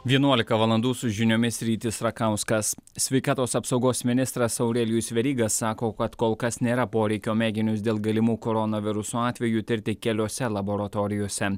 vienuolika valandų su žiniomis rytis rakauskas sveikatos apsaugos ministras aurelijus veryga sako kad kol kas nėra poreikio mėginius dėl galimų koronaviruso atvejų tirti keliose laboratorijose